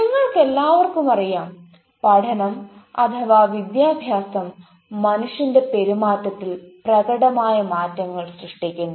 നിങ്ങൾക്കെല്ലാവർക്കും അറിയാം പഠനംവിദ്യാഭ്യാസം മനുഷ്യന്റെ പെരുമാറ്റത്തിൽ പ്രകടമായ മാറ്റങ്ങൾ സൃഷ്ടിക്കുന്നു